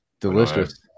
Delicious